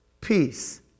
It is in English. peace